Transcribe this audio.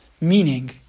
meaning